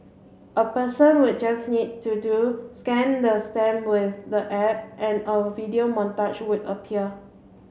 a person would just need to do scan the stamp with the app and a video montage would appear